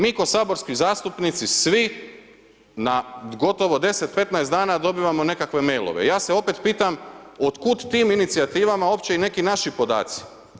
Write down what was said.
Mi kao saborski zastupnici svi na gotovo 10, 15 dana dobivamo nekakve mailove, ja se opet pitam otkud tim inicijativama opće i neki naši podaci.